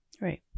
Right